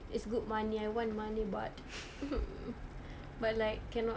it's good money I want money but (uh huh) mm but like cannot